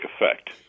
effect